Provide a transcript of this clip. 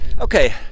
Okay